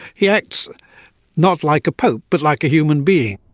he acts not like a pope but like a human being.